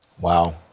Wow